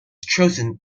chosen